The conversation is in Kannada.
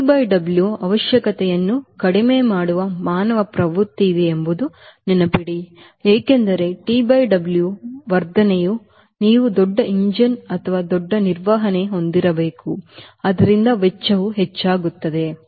TWಅವಶ್ಯಕತೆಯನ್ನು ಕಡಿಮೆ ಮಾಡುವ ಮಾನವ ಪ್ರವೃತ್ತಿ ಇದೆ ಎಂಬುದನ್ನು ನೆನಪಿಡಿ ಏಕೆಂದರೆ TW ವರ್ಧನೆಯು ನೀವು ದೊಡ್ಡ ಎಂಜಿನ್ ದೊಡ್ಡ ನಿರ್ವಹಣೆ ಹೊಂದಿರಬೇಕು ಆದ್ದರಿಂದ ವೆಚ್ಚವು ಹೆಚ್ಚಾಗುತ್ತದೆ